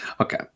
Okay